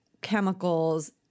chemicals